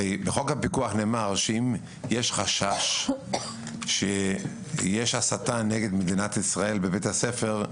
הרי בחוק הפיקוח נאמר שאם יש חשש שיש הסתה נגד מדינת ישראל בבית הספר,